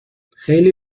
خیلی